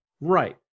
Right